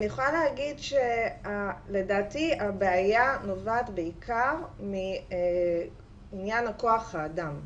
אני יכולה להגיד שלדעתי הבעיה נובעת בעיקר מעניין כח האדם.